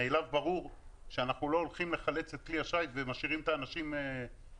מאליו ברור שאנחנו לא הולכים לחלץ את כלי השיט ומשאירים את האנשים בשטח.